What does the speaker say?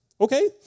okay